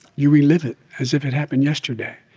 you relive it as if it happened yesterday.